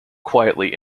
quietly